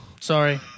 Sorry